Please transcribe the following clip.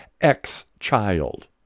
ex-child